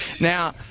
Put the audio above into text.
Now